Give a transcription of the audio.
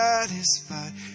Satisfied